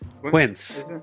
Quince